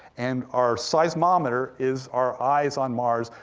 and our seismometer is our eyes on mars,